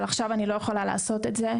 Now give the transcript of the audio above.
אבל עכשיו אני לא יכולה לעשות את זה,